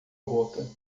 boca